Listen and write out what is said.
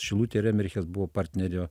šilutė ir emerches buvo partnerio